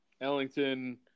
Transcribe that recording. Ellington